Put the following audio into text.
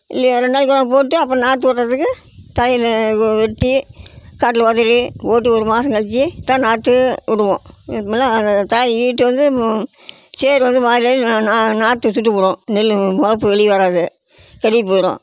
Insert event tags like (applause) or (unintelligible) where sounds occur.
இல்லையே ரெண்டு நாளைக்கு உரம் போட்டு அப்புறம் நாற்று விட்றதுக்கு (unintelligible) வெட்டி காட்டில் வரச் சொல்லி ஓட்டி ஒரு மாசம் கழிச்சி தான் நாற்று விடுவோம் இதுக்கு மேலே அந்தத் தாயி ஈட்டு வந்து சேர் வந்து வயல்லேயும் நா நா நாற்று தூக்கிப் போடுவோம் நெல் மொளைச்சு வெளியே வராது கருகிப் போயிடும்